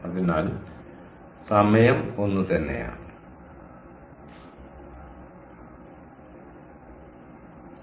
അതിനാൽ സമയം ഒന്നുതന്നെയാണ് ശരിയാണ്